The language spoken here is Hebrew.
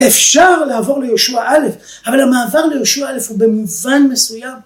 אפשר לעבור לישוע א', אבל המעבר לישוע א' הוא במובן מסוים.